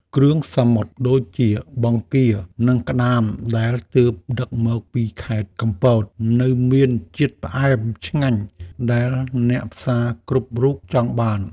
គ្រឿងសមុទ្រដូចជាបង្គា និងក្ដាមដែលទើបដឹកមកពីខេត្តកំពតនៅមានជាតិផ្អែមឆ្ងាញ់ដែលអ្នកផ្សារគ្រប់រូបចង់បាន។